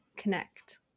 connect